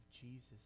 Jesus